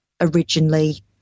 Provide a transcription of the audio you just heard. originally